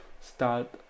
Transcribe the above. Start